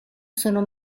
sono